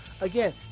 Again